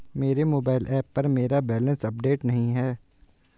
मेरे mobile app पर मेरा बैलेंस अपडेट नहीं है